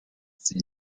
sie